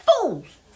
fools